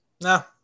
No